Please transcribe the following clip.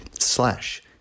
slash